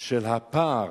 הפער